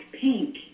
pink